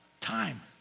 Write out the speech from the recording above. time